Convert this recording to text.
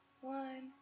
one